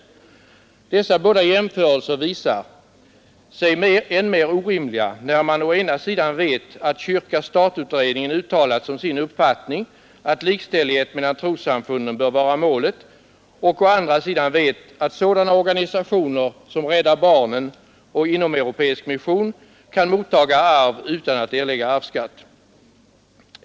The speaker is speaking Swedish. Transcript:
Den orättvisa som dessa båda jämförelser visar framstår som än mer orimlig när man å ena sidan vet att beredningen om stat och kyrka uttalat som sin uppfattning att likställighet mellan trossamfunden bör vara målet och å andra sidan vet att sådana organisationer som Rädda barnen och Inomeuropeisk mission kan mottaga arv utan att erlägga arvsskatt.